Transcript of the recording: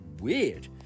Weird